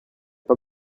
pas